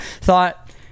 thought